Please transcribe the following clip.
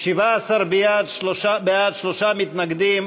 17 בעד, שלושה מתנגדים,